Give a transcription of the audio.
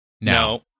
No